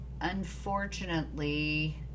unfortunately